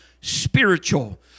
spiritual